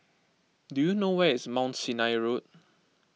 do you know where is Mount Sinai Road